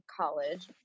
college